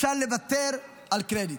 אפשר לוותר על קרדיט.